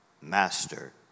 Master